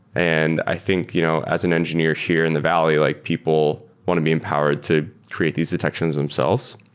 and i think you know as an engineer here in the valley, like people want to be empowered to create these detections themselves.